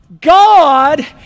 God